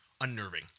unnerving